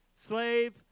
slave